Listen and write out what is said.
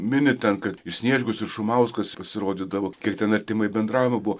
minit kad sniečkus ir šumauskas pasirodydavo kiek ten artimai bendravimo buvo